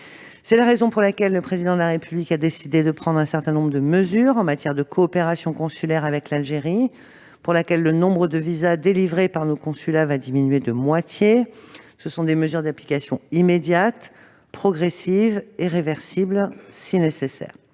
C'est la raison pour laquelle le Président de la République a décidé de prendre un certain nombre de mesures en matière de coopération consulaire avec l'Algérie, pour laquelle le nombre de visas délivrés par nos consulats va diminuer de moitié. Ces mesures sont d'application immédiate, mais elles sont progressives et réversibles, si nécessaire.